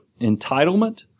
entitlement